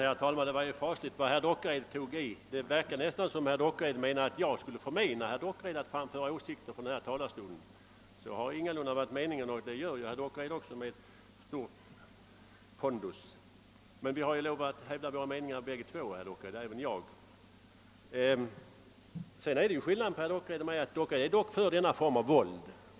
Herr talman! Det var fasligt vad herr Dockered tog i! Det verkade nästan som om jag hade förmenat herr Dockered att framföra sina åsikter från denna talarstol. Det har ingalunda varit min mening — och herr Dockered framför ju också sina åsikter med stor pondus. Men vi har båda två rätt att hävda vår mening, herr Dockered! Det är den skillnaden mellan herr Dockered och mig att han är för den form av våld som boxningen utgör.